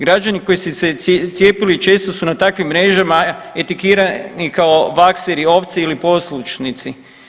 Građani koji su se cijepili često su na takvim mrežama etiketirani kao vakseri, ovce ili poslušnici.